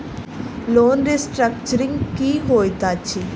Loan restructuring की होइत अछि?